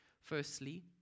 Firstly